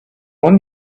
one